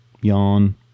Yawn